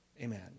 Amen